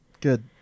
Good